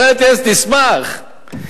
תשמח.